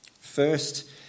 First